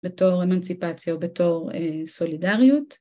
בתור אמנציפציה או בתור סולידריות